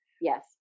Yes